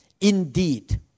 Indeed